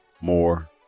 more